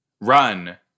run